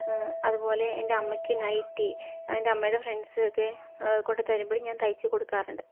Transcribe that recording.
അതുപോലെ എൻ്റെ അമ്മയ്ക്ക് നൈറ്റ് എൻ്റെ അമ്മേയുടെ ഫ്രണ്ട്സൊക്കെ കൊണ്ട് തരുമ്പോഴും ഞാൻ തയ്ച്ച് കൊടുക്കാറുണ്ട്